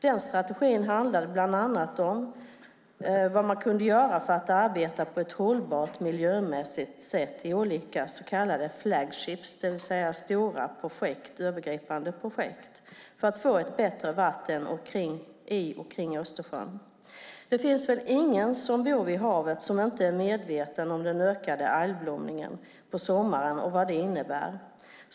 Den strategin handlade bland annat om vad man kunde göra för att arbeta på ett miljömässigt hållbart sätt i olika så kallade flagships, det vill säga stora övergripande projekt, för att få bättre vatten i och kring Östersjön. Det finns väl ingen som bor vid havet och som inte är medveten om den ökade algblomningen på sommaren och vad den innebär.